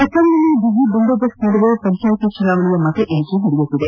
ಅಸ್ಸಾಂನಲ್ಲಿ ಬಿಗಿ ಬಂದೋಬಸ್ತ್ ನಡುವೆ ಪಂಚಾಯಿತಿ ಚುನಾವಣೆಯ ಮತ ಎಣಿಕೆ ನಡೆಯುತ್ತಿದೆ